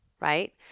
right